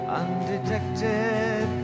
undetected